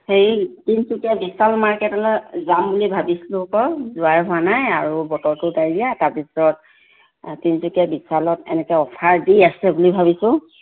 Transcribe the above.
হেৰি তিনিচুকীয়া বিশাল মাৰ্কেটলৈ যাম বুলি ভাবিছিলোঁ আকৌ যোৱাই হোৱা নাই আৰু বতৰটো ডাৱৰীয়া তাৰপিছত তিনিচুকীয়া বিশালত এনেকৈ অফাৰ দি আছে বুলি ভাবিছোঁ